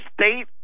state